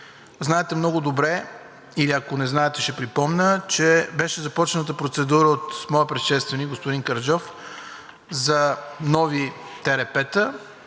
Знаете много добре или ако не знаете – ще припомня, че беше започната процедура от моя предшественик господин Караджов за нови ТРП.